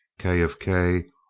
k. of k.